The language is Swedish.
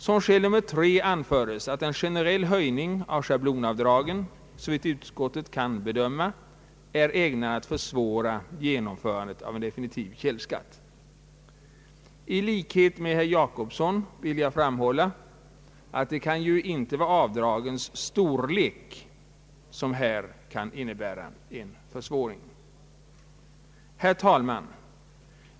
Som skäl nr 3 anförs att en generell höjning av schablonavdragen, såvitt utskottet kan bedöma, är ägnad att för svåra genomförandet av en definitiv källskatt. I likhet med herr Jacobsson vill jag framhålla att det kan ju inte vara avdragens storlek som här kan innebära en försvåring. Herr talman!